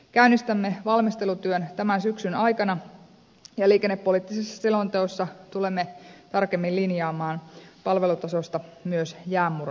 käynnistämme valmistelutyön tämän syksyn aikana ja liikennepoliittisessa selonteossa tulemme tarkemmin linjaamaan palvelutasosta myös jäänmurron osalta